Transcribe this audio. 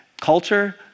Culture